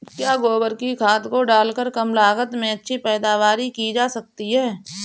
क्या गोबर की खाद को डालकर कम लागत में अच्छी पैदावारी की जा सकती है?